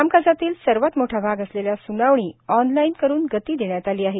कामकाजातील सर्वात मोठा भाग असलेल्या स्नावणी ऑनलाईन करून गती देण्यात आली आहे